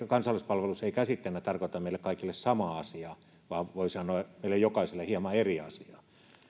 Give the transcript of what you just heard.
kansalaispalvelus ei käsitteenä tarkoita meille kaikille samaa asiaa vaan voi sanoa että meille jokaiselle hieman eri asiaa